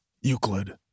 Euclid